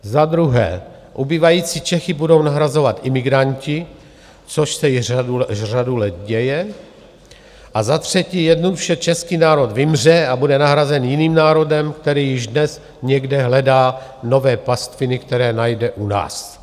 Za druhé, ubývající Čechy budou nahrazovat imigranti, což se již řadu let děje, a za třetí, jednoduše český národ vymře a bude nahrazen jiným národem, který již dnes někde hledá nové pastviny, které najde u nás.